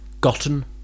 Gotten